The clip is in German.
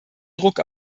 druck